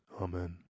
Amen